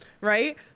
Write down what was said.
right